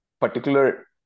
particular